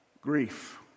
grief